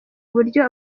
uburyo